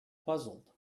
puzzled